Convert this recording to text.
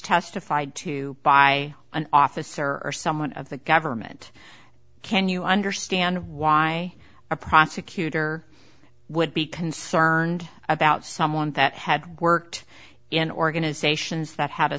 testified to by an officer or someone of the government can you understand why a prosecutor would be concerned about someone that had worked in organizations that ha